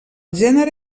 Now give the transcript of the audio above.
gènere